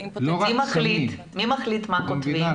מי מחליט מה כותבים?